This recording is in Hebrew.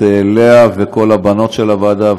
לאה וכל הבנות של הוועדה,